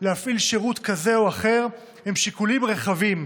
להפעיל שירות כזה או אחר הם שיקולים רחבים,